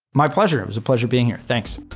my pleasure. it was a pleasure being here. thanks.